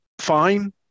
fine